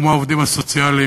כמו העובדים הסוציאליים,